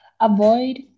avoid